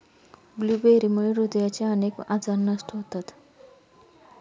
ब्लूबेरीमुळे हृदयाचे अनेक आजार नष्ट होतात